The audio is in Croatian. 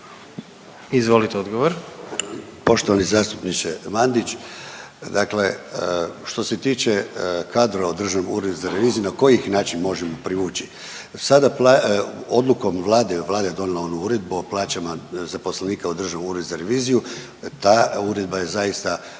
Ivan** Poštovani zastupniče Mandić, dakle što se tiče kadrova u Državnom uredu za reviziju, na koji ih način možemo privući? Sada odlukom Vlade, Vlada je donijela ovu Uredbu o plaćama zaposlenika u Državnom uredu za reviziju, ta uredba je zaista